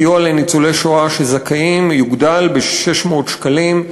הסיוע לניצולי השואה הזכאים יוגדל ב-600 שקלים,